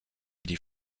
die